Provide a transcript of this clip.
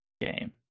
game